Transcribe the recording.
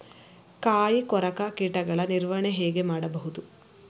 ಕಾಯಿ ಕೊರಕ ಕೀಟಗಳ ನಿರ್ವಹಣೆ ಹೇಗೆ ಮಾಡಬಹುದು?